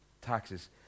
taxes